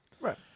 Right